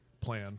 plan